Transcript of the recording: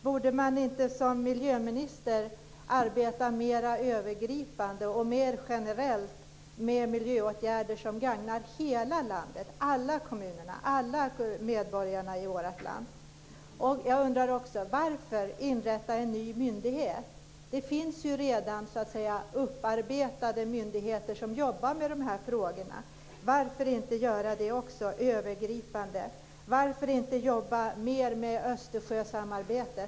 Borde man inte som miljöminister arbeta mer övergripande och mer generellt med miljöåtgärder som gagnar hela landet, alla kommuner och alla medborgare i vårt land? Jag undrar också: Varför inrätta en ny myndighet? Det finns ju redan så att säga upparbetade myndigheter som jobbar med de här frågorna. Varför inte göra det också övergripande? Varför inte jobba mer med Östersjösamarbetet?